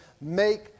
Make